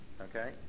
okay